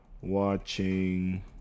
watching